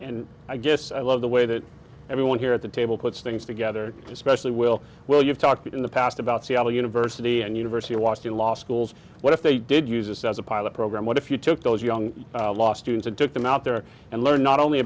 and i guess i love the way that everyone here at the table puts things together especially will well you've talked in the past about seattle university and university of washington law schools what if they did use this as a pilot program what if you took those young law students and took them out there and learned not only